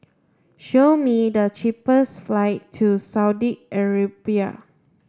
show me the cheapest flight to Saudi Arabia